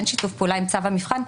אין שיתוף פעולה עם צו המבחן,